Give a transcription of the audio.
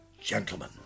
Gentlemen